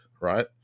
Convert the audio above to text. right